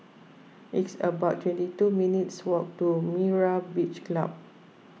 it's about twenty two minutes' walk to Myra's Beach Club